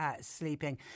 sleeping